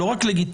לא רק לגיטימי.